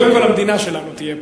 קודם כול המדינה שלנו תהיה פה,